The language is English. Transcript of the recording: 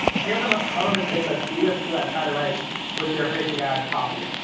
here are the most common mistakes i see with people that try to write with their facebook ad copy.